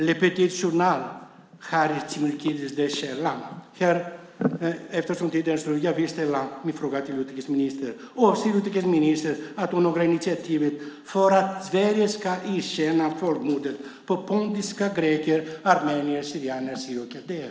Le Petit Journal och Hürriyet är källan. Jag vill ställa frågan till utrikesministern: Avser utrikesministern att ta några initiativ för att Sverige ska erkänna folkmordet på pontiska greker, armenier, assyrier/syrianer och kaldéer?